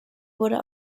wurde